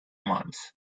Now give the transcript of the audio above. months